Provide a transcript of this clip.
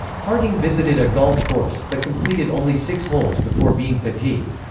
harding visited a golf course, but completed only six holes before being fatigued.